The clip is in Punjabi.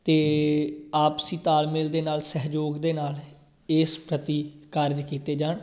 ਤੇ ਆਪਸੀ ਤਾਲਮੇਲ ਦੇ ਨਾਲ ਸਹਿਯੋਗ ਦੇ ਨਾਲ ਇਸ ਪ੍ਰਤੀ ਕਾਰਜ ਕੀਤੇ ਜਾਣ